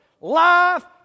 Life